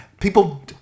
people